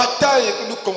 bataille